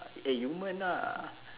eh yumen lah